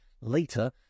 later